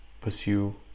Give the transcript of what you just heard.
pursue